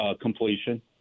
completion